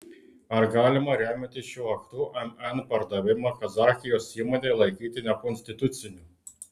ar galima remiantis šiuo aktu mn pardavimą kazachijos įmonei laikyti nekonstituciniu